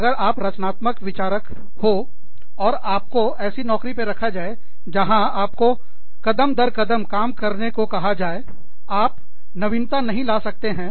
अगर आप रचनात्मक विचारकसोचने वाले हो और आपको ऐसे नौकरी पर रखा जाए जहां आपको कदम दर कदम काम करने को कहा जाए आप नवीनता नहीं ला सकते हैं